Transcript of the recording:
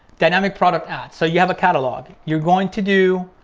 dynamic product ads. so you have a catalog, you're going to do